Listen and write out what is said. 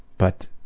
but